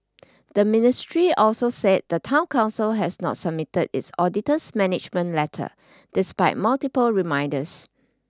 the ministry also said the town council has not submitted its auditor's management letter despite multiple reminders